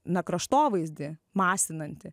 na kraštovaizdį masinantį